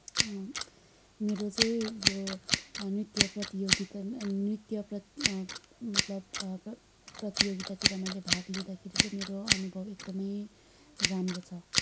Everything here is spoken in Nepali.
मेरो चाहिँ यो नृत्य प्रतियोगिता नृत्य प्रत् मतलब प्र प्रतियोगितातिर मैले भाग लिँदाखेरि चाहिँ मेरो अनुभव एकदमै राम्रो छ